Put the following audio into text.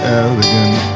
elegant